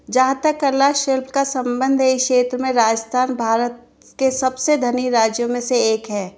जहाँ तक कला शिल्प का संबंध है इस क्षेत्र में राजस्थान भारत के सबसे धनी राज्यों में से एक है